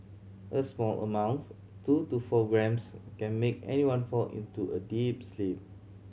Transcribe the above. a small amounts two to four grams can make anyone fall into a deep sleep